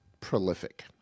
prolific